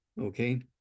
okay